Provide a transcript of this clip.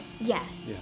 Yes